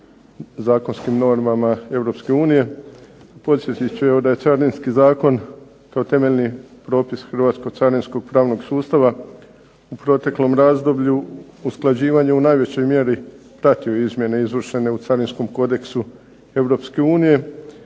Europske unije. Podsjetit ću da je Carinski zakon kao temeljni propis hrvatskog carinskog pravnog sustava u proteklom razdoblju usklađivanje u najvećoj mjeri pratio izmjene izvršene u carinskom kodeksu